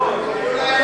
ממתי אתה,